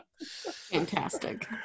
Fantastic